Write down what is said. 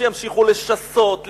שימשיכו לשסות,